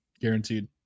guaranteed